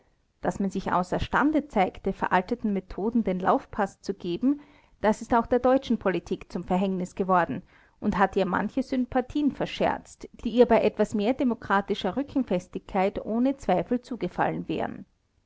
daß man sich außerstande zeigte veralteten methoden den laufpaß zu geben das ist auch der deutschen politik zum verhängnis geworden und hat ihr manche sympathien verscherzt die ihr bei etwas mehr demokratischer rückenfestigkeit ohne zweifel zugefallen wären